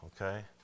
okay